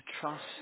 trust